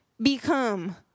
become